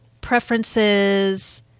Preferences